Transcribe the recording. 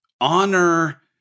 honor